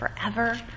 forever